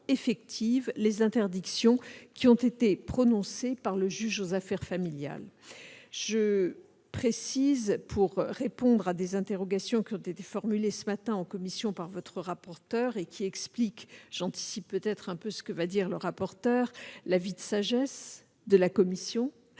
effectives les interdictions qui ont été prononcées par le juge aux affaires familiales. Je précise, pour répondre à des interrogations qui ont été formulées ce matin en commission par Mme la rapporteur et qui expliquent - j'anticipe peut-être un peu ce que va dire Mme la rapporteur -l'avis de sagesse de la commission,